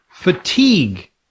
Fatigue